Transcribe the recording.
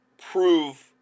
prove